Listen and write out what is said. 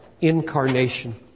incarnation